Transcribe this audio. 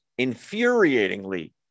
infuriatingly